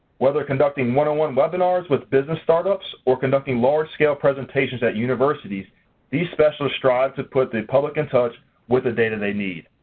whether conducting one-on-one webinars with business start-ups or conducting large scale presentations at universities these specialists strive to put the public in touch with the data they need.